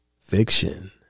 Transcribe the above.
fiction